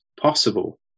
possible